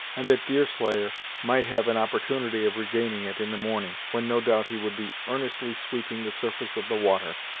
and that deerslayer might have an opportunity of regaining it in the morning, when no doubt he would be earnestly sweeping the surface of the water,